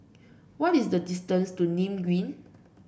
what is the distance to Nim Green